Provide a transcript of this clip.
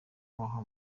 waha